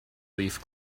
leaf